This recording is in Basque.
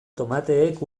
tomateek